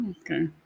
Okay